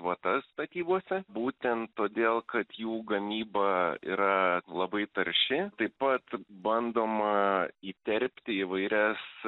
vatas statybose būtent todėl kad jų gamyba yra labai tarši taip pat bandoma įterpti įvairias